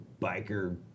biker